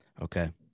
okay